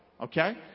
Okay